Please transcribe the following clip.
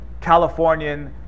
Californian